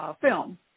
film